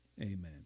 Amen